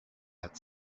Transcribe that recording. had